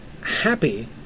happy